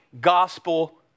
gospel